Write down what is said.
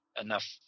enough